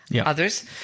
others